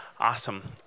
Awesome